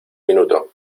minuto